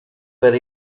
per